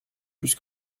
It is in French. plus